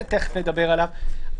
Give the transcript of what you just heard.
שתיכף נדבר עליו,